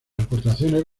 aportaciones